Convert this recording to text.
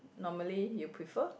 normally you prefer